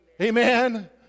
Amen